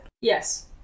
Yes